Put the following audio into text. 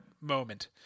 moment